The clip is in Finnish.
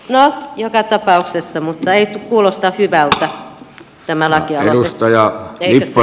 no joka tapauksessa ei kuulosta hyvältä tämä lakialoite